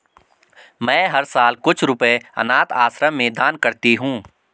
मैं हर साल कुछ रुपए अनाथ आश्रम में दान करती हूँ